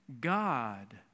God